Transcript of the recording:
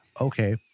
okay